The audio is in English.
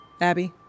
Abby